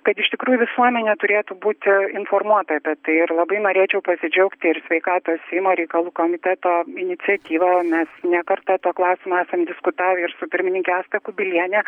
kad iš tikrųjų visuomenė turėtų būti informuota apie tai ir labai norėčiau pasidžiaugti ir sveikatos seimo reikalų komiteto iniciatyva mes ne kartą tuo klausimu esam diskutavę ir su pirmininke asta kubilienė